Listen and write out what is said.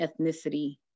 ethnicity